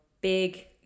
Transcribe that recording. big